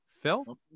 phil